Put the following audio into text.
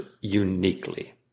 uniquely